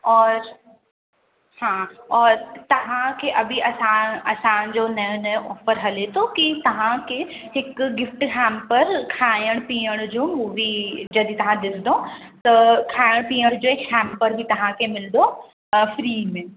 और हा और तव्हांखे अभी असां असांजो नयों नयों ऑफ़र हले थो की तव्हांखे हिक गिफ़्ट हैंपर खाइण पीअण जो हो बि जॾहिं तव्हां ॾिसदव त खाइण पीअण जे हैंपर बि तव्हांखे मिलंदव फ़्री में